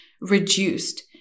reduced